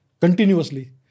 Continuously